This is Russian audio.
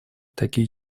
такие